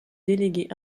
délégué